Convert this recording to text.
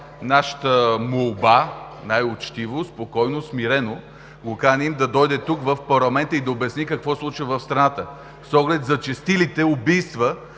нашата молба – най-учтиво, спокойно, смирено го каним да дойде тук, в парламента, и да обясни какво се случва в страната, с оглед зачестилите убийства,